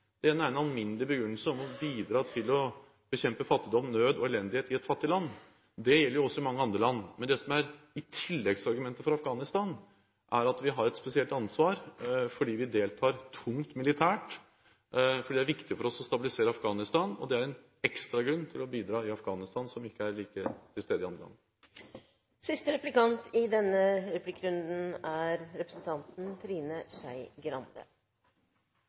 Den ene er en alminnelig begrunnelse, å bidra til å bekjempe fattigdom, nød og elendighet i et fattig land – det gjelder jo også i mange andre land. Det som er tilleggsargumentet for Afghanistan, er at vi har et spesielt ansvar fordi vi deltar tungt militært på grunn av at det er viktig for oss å stabilisere Afghanistan. Det er en ekstragrunn – som ikke er like mye til stede i andre land – til å bidra i Afghanistan. Jeg har en far som deltok i